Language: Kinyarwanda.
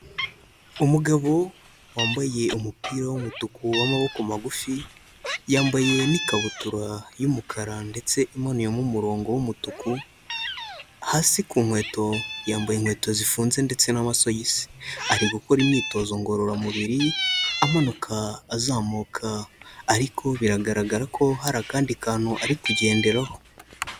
Umugabo wambaye umupira w'umutuku w'amaboko magufi, yambaye n'ikabutura y'umukara ndetse imanuyemo umurongo w'umutuku, hasi ku nkweto yambaye inkweto zifunze ndetse n'amasogisi, ari gukora imyitozo ngororamubiri, amanuka azamuka ariko biragaragara ko hari akandi kantu ari kugenderaho.